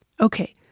Okay